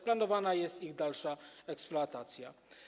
planowana jest ich dalsza eksploatacja.